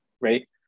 right